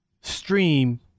stream